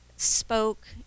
Spoke